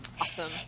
awesome